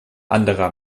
anderer